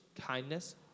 kindness